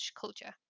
culture